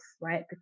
right